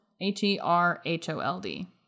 H-E-R-H-O-L-D